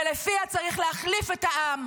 ולפיה צריך להחליף את העם.